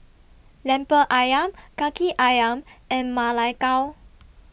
Lemper Ayam Kaki Ayam and Ma Lai Gao